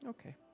Okay